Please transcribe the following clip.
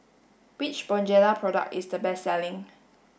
which Bonjela product is the best selling